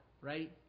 right